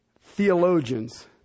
theologians